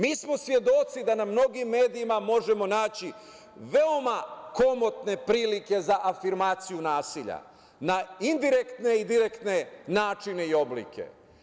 Mi smo svedoci da na mnogim medijima možemo naći veoma komotne prilike za afirmaciju nasilja, na indirektne i direktne načine i oblike.